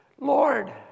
Lord